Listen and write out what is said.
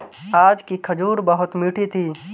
आज की खजूर बहुत मीठी थी